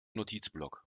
notizblock